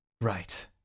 Right